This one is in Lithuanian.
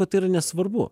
kad tai yra nesvarbu